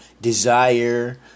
desire